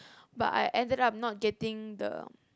but I ended up not getting the